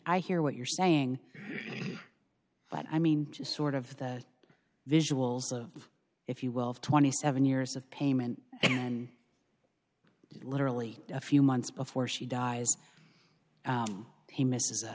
i hear what you're saying but i mean just sort of the visuals of if you will of twenty seven years of payment and literally a few months before she dies he misses